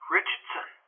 Richardson